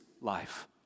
life